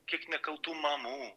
kiek nekaltų mamų